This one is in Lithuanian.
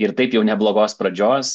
ir taip jau neblogos pradžios